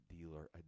dealer